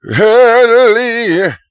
early